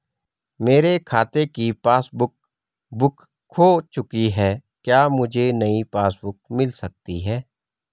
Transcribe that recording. मेरे खाते की पासबुक बुक खो चुकी है क्या मुझे नयी पासबुक बुक मिल सकती है?